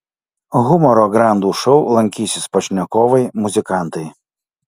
humoro grandų šou lankysis pašnekovai muzikantai